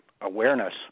awareness